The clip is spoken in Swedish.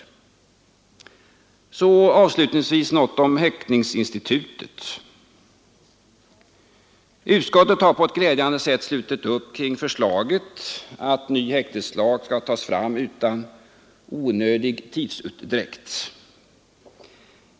Så avslutningsvis något om häktningsinstitutet. Utskottet har på ett glädjande sätt slutit upp kring förslaget att ny häkteslag skall tas fram utan onödig tidsutdräkt.